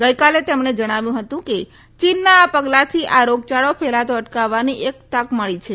ગઇકાલે તેમણે જણાવ્યું હતું કે ચીનના આ પગલાથી આ રોગચાળો ફેલાતો અટકાવવાની એક તક મળી છે